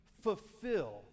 fulfill